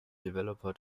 developer